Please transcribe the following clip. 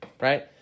right